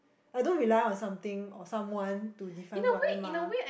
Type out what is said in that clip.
I don't rely on something or some one to define who I am mah